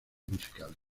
musicales